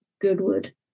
Goodwood